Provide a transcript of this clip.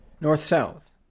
North-south